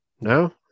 No